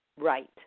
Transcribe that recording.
right